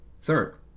third